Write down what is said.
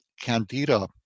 candida